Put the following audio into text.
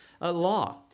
law